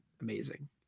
amazing